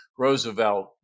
roosevelt